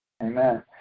Amen